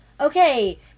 Okay